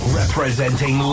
representing